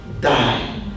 die